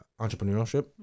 entrepreneurship